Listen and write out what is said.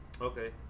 Okay